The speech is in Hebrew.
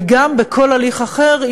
וגם בכל הליך אחר,